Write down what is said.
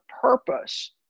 purpose